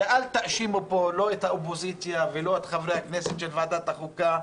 ואל תאשימו פה לא את האופוזיציה ולא את חברי הכנסת של ועדת החוקה,